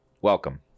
welcome